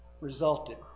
resulted